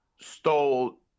Stole